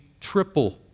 triple